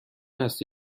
است